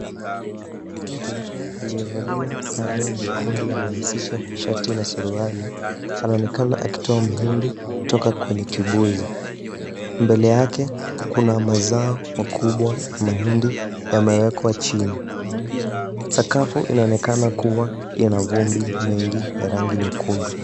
Mtu aliyevalia sare mekundu yanayohusisha shati na suruali anaonekana akitoa mahindi kutoka kwenye kibuzi. Mbele yake kuna mazao makubwa ya mahindi yamewekwa chini. Sakafu inaonekana kuwa yana vumbi mengi ya rangi nyekundu.